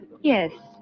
Yes